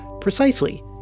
Precisely